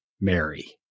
Mary